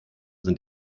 sind